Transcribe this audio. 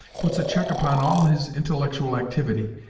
puts a check upon all his intellectual activity,